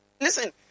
Listen